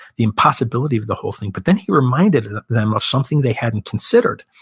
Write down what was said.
the impossibility of the whole thing but then he reminded them of something they hadn't considered.